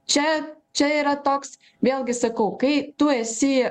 čia čia yra toks vėlgi sakau kai tu esi